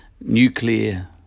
nuclear